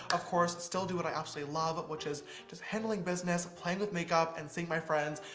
of course, still do what i absolutely love, which is just handling business, playing with makeup, and seeing my friends,